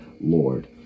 Lord